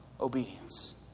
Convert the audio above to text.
obedience